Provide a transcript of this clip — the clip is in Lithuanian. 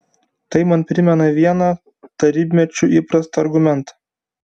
tai man primena vieną tarybmečiu įprastą argumentą